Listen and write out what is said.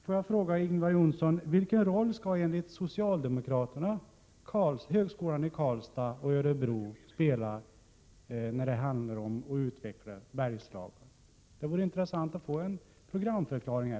Får jag fråga Ingvar Johnsson: Vilken roll skall enligt socialdemokraterna högskolorna i Karlstad och Örebro spela då det handlar om att utveckla Bergslagen? Det vore intressant att få en programförklaring.